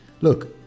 Look